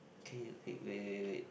okay wait wait wait wait